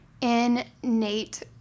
innate